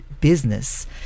business